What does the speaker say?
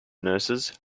nurses